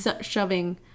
shoving